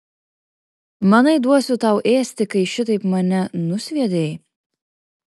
manai duosiu tau ėsti kai šitaip mane nusviedei